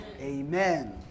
Amen